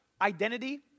identity